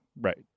right